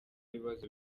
ibibazo